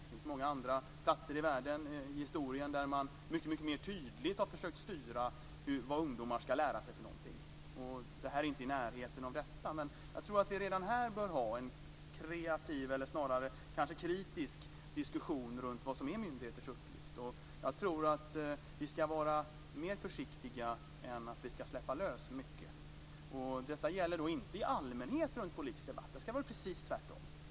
Det finns många andra platser i världen i historien där man mycket mer tydligt har försökt styra vad ungdomar ska lära sig. Det här är inte i närheten av detta. Men jag tror att vi redan här bör ha en kritisk diskussion runt vad som är myndigheters uppgift. Jag tror mer på att vi ska vara försiktiga än på att vi ska släppa lös mycket. Detta gäller inte i allmänhet för politisk debatt. Där ska det vara precis tvärtom.